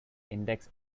index